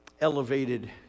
elevated